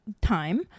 time